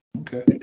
Okay